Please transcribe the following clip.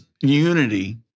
unity